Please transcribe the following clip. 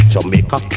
Jamaica